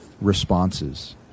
responses